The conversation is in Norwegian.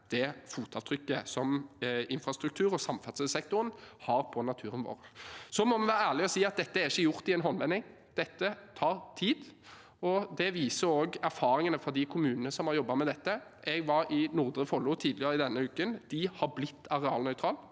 det fotavtrykket som infrastruktur og samferdselssektoren har på naturen vår. Vi må være ærlige og si at dette ikke er gjort i en håndvending. Dette tar tid. Det viser også erfaringene fra de kommunene som har jobbet med dette. Jeg var i Nordre Follo tidligere denne uken. De har blitt arealnøytrale,